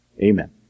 Amen